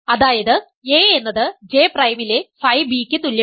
അതായത് a എന്നത് J പ്രൈമിലെ ഫൈ b യ്ക്ക് തുല്യമാണ്